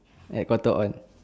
at Cotton On